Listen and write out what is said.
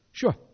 Sure